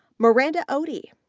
miranda oatey.